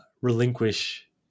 relinquish